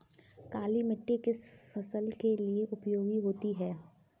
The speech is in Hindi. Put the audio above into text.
काली मिट्टी किस फसल के लिए उपयोगी होती है?